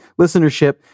listenership